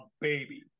baby